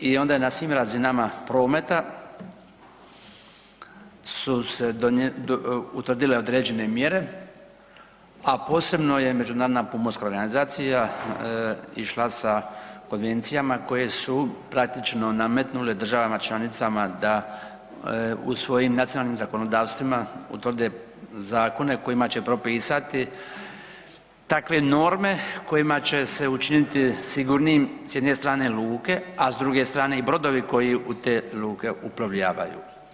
I onda na svim razinama prometa su se utvrdile određene mjere, a posebno je međunarodna pomorska organizacija išla sa konvencijama koje su praktično nametnule državama članicama da u svojim nacionalnim zakonodavstvima utvrde zakone kojima će propisati takve norme kojima će se učiniti sigurnijim s jedne strane luke, a s druge strane i brodovi koji u te luke uplovljavaju.